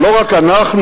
שלא רק אנחנו